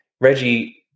Reggie